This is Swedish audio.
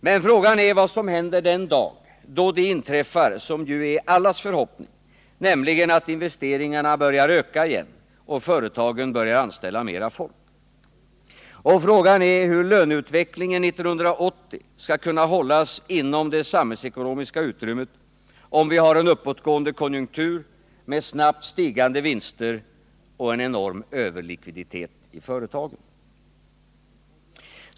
Men frågan är vad som händer den dag då det inträffar som ju är allas förhoppning, nämligen att investeringarna börjar öka igen och företagen börjar anställa mera folk. Och frågan är hur löneutvecklingen 1980 skall kunna hållas inom det samhällsekonomiska utrymmet, om vi har en uppåtgående konjunktur med snabbt stigande vinster och en enorm överlikviditet i företagen.